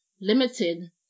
limited